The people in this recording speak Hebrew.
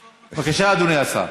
בבקשה, אדוני השר.